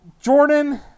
Jordan